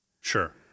Sure